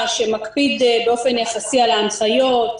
שמקפיד באופן יחסי על ההנחיות,